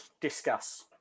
discuss